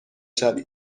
شوید